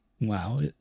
Wow